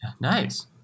Nice